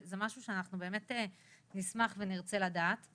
זה משהו שאנחנו באמת נשמח ונרצה לדעת איך